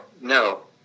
no